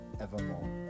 evermore